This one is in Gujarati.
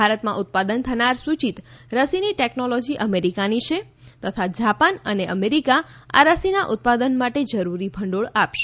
ભારતમાં ઉત્પાદન થનાર સુચિત રસીની ટેકનોલોજી અમેરીકાની છે તથા જાપાન અને અમેરીકા આ રસીના ઉત્પાદન માટે જરૂરી ભંડોળ આપશે